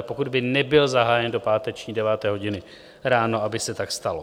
Ale pokud by nebyl zahájen do páteční 9. hodiny ráno, aby se tak stalo.